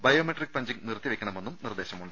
biometric punching നിർത്തിവെയ്ക്ക ണമെന്നും നിർദ്ദേശമുണ്ട്